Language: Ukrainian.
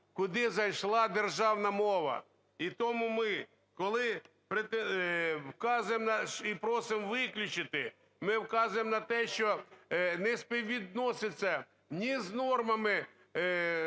куди зайшла державна мова. І тому ми, коли вказуємо і просимо виключити, ми вказуємо на те, що не співвідносяться ні з нормами